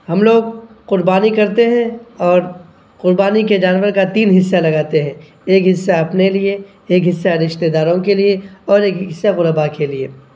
ہم لوگ قربانی کرتے ہیں اور قربانی کے جانور کا تین حصہ لگاتے ہیں ایک حصہ اپنے لیے ایک حصہ رشتےداروں کے لیے اور ایک حصہ غربا کے لیے